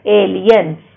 aliens